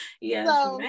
Yes